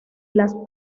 las